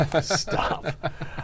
stop